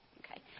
okay